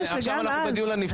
עכשיו אנחנו בדיון על נבצרות.